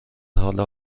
حال